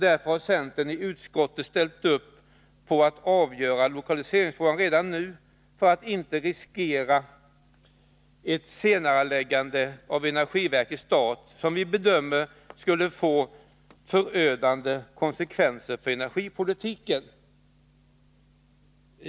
Därför har centern i utskottet ställt upp på att avgöra lokaliseringen redan nu för att inte riskera ett senareläggande av energiverkets start, som vi bedömer skulle vara förödande för energipolitiken.